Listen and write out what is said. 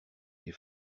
des